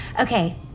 Okay